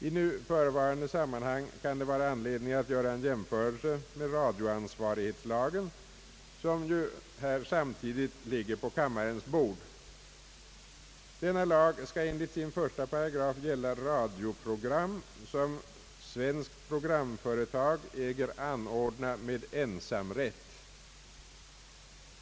I nu förevarande sammanhang kan det vara anledning att göra en jämförelse med radioansvarighetslagen som samtidigt ligger på kammarens bord. Denna lag skall enligt sin 1 § gälla radioprogram som svenskt programföretag äger anordna med ensamrätt.